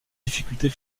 difficultés